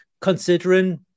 considering